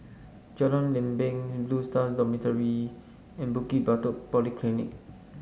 Jalan Lempeng Blue Stars Dormitory and Bukit Batok Polyclinic